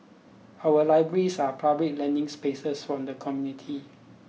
our libraries are public learning spaces for the community